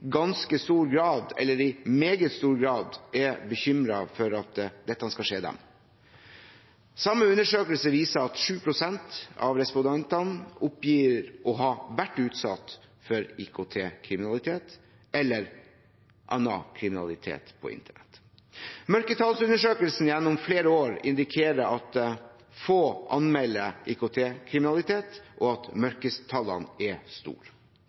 ganske stor grad, eller i meget stor grad, er bekymret for at dette skal skje dem. Den samme undersøkelsen viser at 7 pst. av respondentene oppgir å ha vært utsatt for IKT-kriminalitet eller annen kriminalitet på internett. Mørketallsundersøkelsen gjennom flere år indikerer at få anmelder IKT-kriminalitet, og at mørketallene er store.